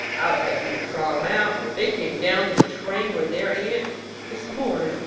i'd like you to trot em out. they came down to the train with their aunt this morning,